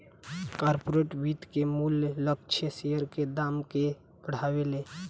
corporate वित्त के मूल्य लक्ष्य शेयर के दाम के बढ़ावेले